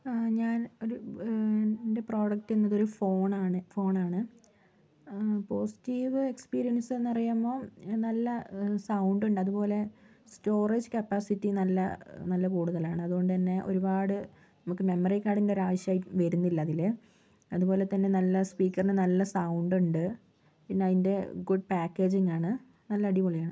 ഞാൻ ഒരു എൻ്റെ പ്രോഡക്ട് എന്നത് ഒരു ഫോൺ ആണ് ഫോണാണ് പോസിറ്റീവ് എക്സ്പീരിയൻസ് എന്നു പറയുമ്പം നല്ല സൗണ്ട് ഉണ്ട് അതുപോലെ സ്റ്റോറേജ് കപ്പാസിറ്റി നല്ല നല്ല കൂടുതലാണ് അതുകൊണ്ട് തന്നെ ഒരുപാട് നമുക്ക് മെമ്മറി കാർഡിൻ്റെ ഒരു ആവിശ്യം വരുന്നില്ല അതിൽ അതുപോലെ തന്നെ നല്ല സ്പീക്കറിനു നല്ല സൗണ്ട് ഉണ്ട് പിന്ന അതിൻ്റെ ഗുഡ് പാക്കേജിങ്ങ് ആണ് നല്ല അടിപൊളിയാണ്